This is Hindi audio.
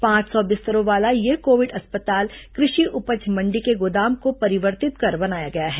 पांच सौ बिस्तरों वाला यह कोविड अस्पताल कृषि उपज मंडी के गोदाम को परिवर्तित कर बनाया गया है